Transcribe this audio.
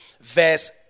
verse